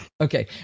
Okay